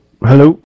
hello